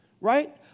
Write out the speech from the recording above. right